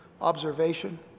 observation